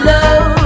Love